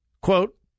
quote